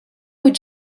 would